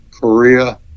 Korea